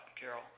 Carol